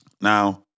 Now